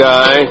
Guy